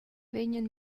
vegnan